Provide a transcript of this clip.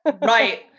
Right